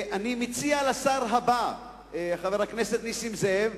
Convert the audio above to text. אני מציע לשר הבא, חבר הכנסת נסים זאב,